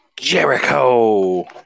Jericho